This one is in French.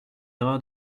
erreur